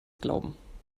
glauben